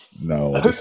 no